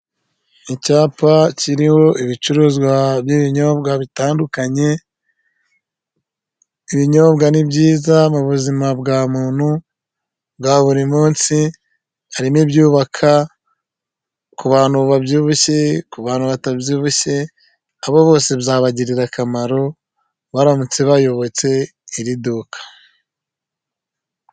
Icyapa kiriho ibicuruzwa by'ibinyobwa bitandukanye, ibinyobwa ni byiza mu buzima bwa muntu bwa buri munsi, harimo ibyubaka ku bantu babyibushye ku bantu batabyibushye abo bose byabagirira akamaro baramutse bayobotse iri duka.